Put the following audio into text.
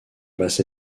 basse